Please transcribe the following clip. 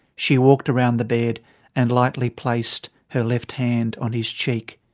she walked around the bed and lightly placed her left hand on his cheek.